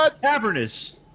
cavernous